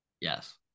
Yes